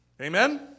Amen